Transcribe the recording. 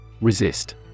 Resist